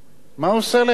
מה עושה להם המדינה?